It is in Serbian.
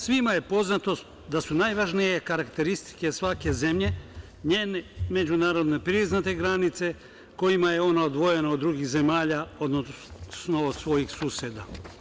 Svima je poznato da su najvažnije karakteristike svake zemlje njene međunarodno priznate granice, kojima je ona odvojena od drugih zemalja, odnosno od svojih suseda.